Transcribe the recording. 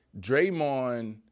Draymond